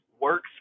works